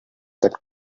that